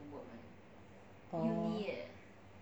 oh